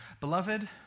Beloved